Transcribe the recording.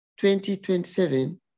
2027